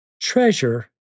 Treasure